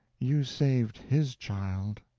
you saved his child!